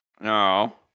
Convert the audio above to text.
No